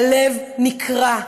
הלב נקרע,